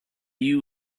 you